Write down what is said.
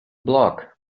block